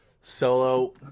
Solo